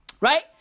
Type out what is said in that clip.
Right